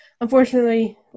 unfortunately